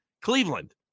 Cleveland